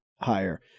higher